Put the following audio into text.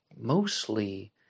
mostly